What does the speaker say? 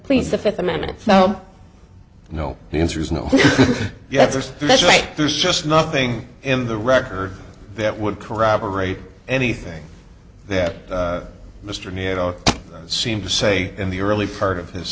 plays the fifth amendment so you know the answer is no yes that's right there's just nothing in the record that would corroborate anything that mr niro seemed to say in the early part of his